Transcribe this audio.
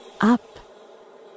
up